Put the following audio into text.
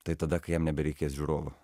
tai tada kai jam nebereikės žiūrovų